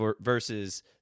versus